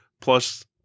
plus